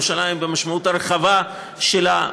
במשמעות הרחבה שלה.